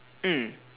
mm